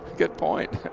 good point.